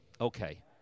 okay—